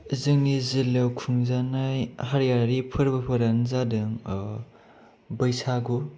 जोंनि जिल्लायाव खुंजानाय हारियारि फोरबोफोरानो जादों बैसागु